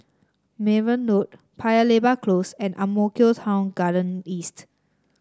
Mayne Road Paya Lebar Close and Ang Mo Kio Town Garden East